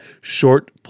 short